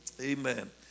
Amen